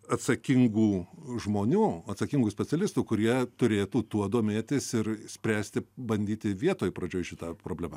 atsakingų žmonių atsakingų specialistų kurie turėtų tuo domėtis ir spręsti bandyti vietoj pradžioj šitą problemą